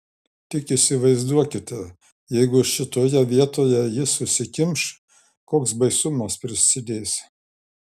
tik įsivaizduokite jeigu šitoje vietoje jis užsikimš koks baisumas prasidės